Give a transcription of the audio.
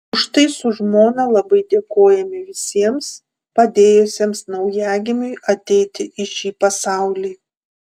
už tai su žmona labai dėkojame visiems padėjusiems naujagimiui ateiti į šį pasaulį